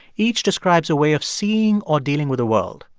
each describes a way of seeing or dealing with the world.